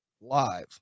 live